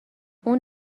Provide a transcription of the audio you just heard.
اون